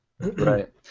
Right